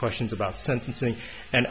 questions about sentencing and